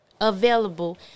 available